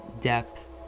depth